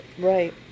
Right